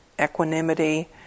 equanimity